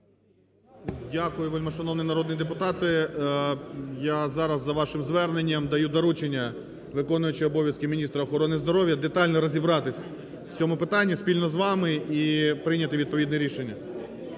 Дякую, вельмишановні народні депутати! Я зараз за вашим зверненням даю доручення виконуючій обов'язки міністра охорони здоров'я детально розібратись в цьому питанні спільно з вами і прийняти відповідне рішення.